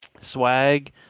swag